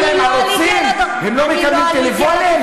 הם רוצחים ורוצחים, לא שמענו את הקול שלך בכלל,